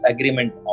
Agreement